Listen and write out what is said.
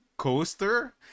coaster